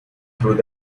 through